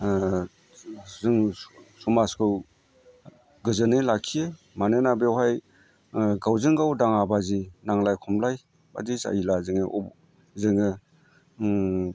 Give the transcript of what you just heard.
जों समाजखौ गोजोनै लाखियो मानोना बेवहाय गावजोंगाव दाङाबाजि नांलाय खमलाय बादि जायोब्ला जोङो